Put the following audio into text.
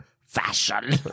fashion